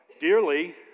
dearly